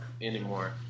anymore